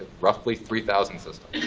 roughly three thousand systems.